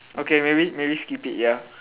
okay maybe maybe skip it ya